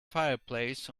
fireplace